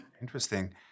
Interesting